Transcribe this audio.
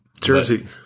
Jersey